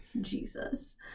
Jesus